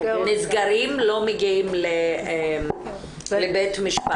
לא מגיעות לבית משפט.